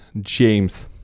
james